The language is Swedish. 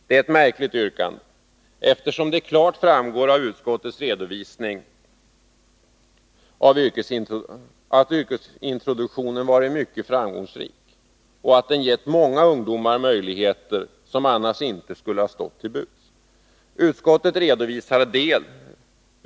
Det är ett märkligt yrkande, eftersom det klart framgår av utskottets redovisning att yrkesintroduktionen varit mycket framgångsrik och att den gett många ungdomar möjligheter, som annars inte skulle ha stått till buds.